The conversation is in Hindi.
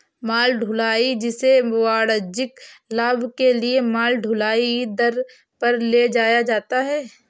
माल ढुलाई, जिसे वाणिज्यिक लाभ के लिए माल ढुलाई दर पर ले जाया जाता है